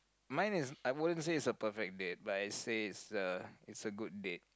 mine is I won't say is a perfect date but I say is a is a good date